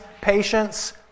patience